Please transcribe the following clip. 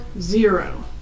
zero